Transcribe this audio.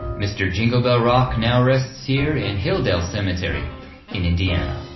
mr. jingle bell rock now rests here in hilldale cemetery in indiana.